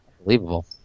Unbelievable